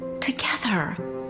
Together